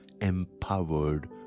empowered